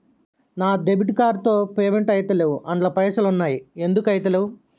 నా debit card తో payment ఐతలేవ్ అండ్ల పైసల్ ఉన్నయి ఎందుకు ఐతలేవ్?